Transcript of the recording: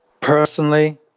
Personally